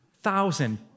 Thousand